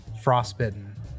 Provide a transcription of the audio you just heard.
frostbitten